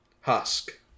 Husk